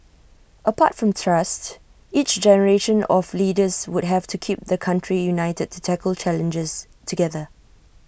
apart from trust each generation of leaders would have to keep the country united to tackle challenges together